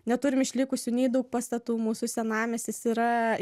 neturim išlikusių nei daug pastatų mūsų senamiestis yra